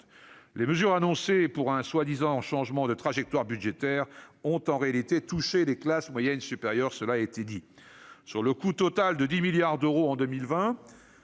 Les mesures annoncées pour un prétendu changement de trajectoire budgétaire ont en réalité touché les classes moyennes supérieures ; cela a été dit. Sur le coût total de 10 milliards d'euros en 2020